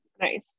Nice